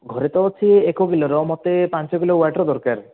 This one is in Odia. ଘରେ ତ ଅଛି ଏକ କିଲୋର ମୋତେ ପାଞ୍ଚ କିଲୋୱାଟ୍ର ଦରକାର